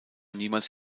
niemals